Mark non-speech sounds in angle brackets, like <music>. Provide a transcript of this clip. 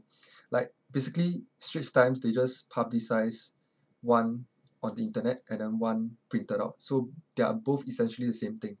<breath> like basically straits times they just publicize one on the internet and then one printed out so they are both essentially the same thing